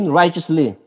righteously